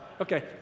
Okay